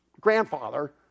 grandfather